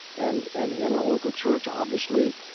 and and in a local church, obviously,